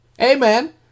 Amen